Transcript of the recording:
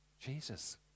Jesus